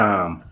Time